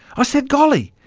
i said golly!